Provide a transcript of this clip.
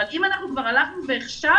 אבל אם אנחנו כבר הלכנו והכשרנו,